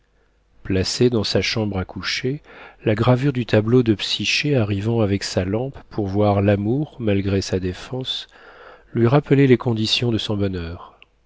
placée dans sa chambre à coucher la gravure du tableau de psyché arrivant avec sa lampe pour voir l'amour malgré sa défense lui rappelait les conditions de son bonheur